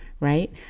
Right